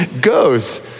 goes